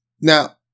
Now